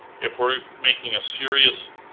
if we're making a serious,